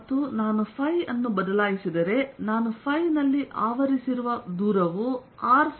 ಮತ್ತು ನಾನು ಅನ್ನು ಬದಲಾಯಿಸಿದರೆ ನಾನು ನಲ್ಲಿ ಆವರಿಸಿರುವ ದೂರವು r sinθ dϕ ಆಗಿರುತ್ತದೆ